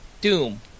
Doom